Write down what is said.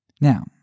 Now